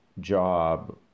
job